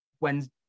Wednesday